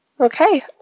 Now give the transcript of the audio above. Okay